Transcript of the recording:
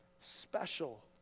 special